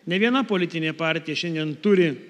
nė viena politinė partija šiandien turi